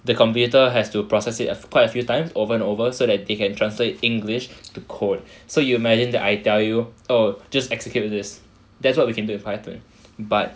the computer has to process it a quite a few times over and over so that they can translate english to code so you imagine that I tell you oh just execute with this that's what we can do with python but